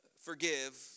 Forgive